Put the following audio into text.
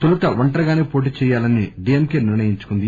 తోలుత ఒంటరిగానే పోటీచేయాలని DMK నిర్ణయించుకుంది